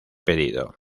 pedido